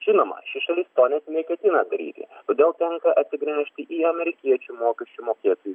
žinoma ši šalis to net neketina daryti todėl tenka atsigręžti į amerikiečių mokesčių mokėtoju